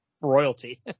Royalty